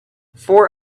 four